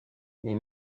les